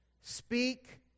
Speak